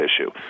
issue